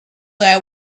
that